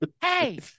Hey